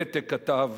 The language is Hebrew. גתה כתב: